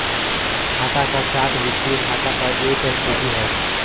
खाता क चार्ट वित्तीय खाता क एक सूची हौ